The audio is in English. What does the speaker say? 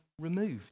removed